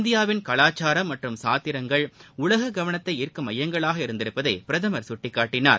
இந்தியாவின் கலாச்சாரம் சாத்திரங்கள் உலககவனத்தைஈர்க்கும் மற்றம் மையங்களாக இருந்துள்ளதைபிரதமர் சுட்டிகாட்டினார்